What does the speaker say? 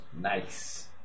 nice